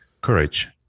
courage